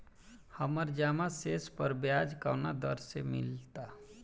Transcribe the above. हमार जमा शेष पर ब्याज कवना दर से मिल ता?